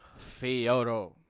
Fioro